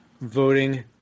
voting